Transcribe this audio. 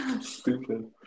Stupid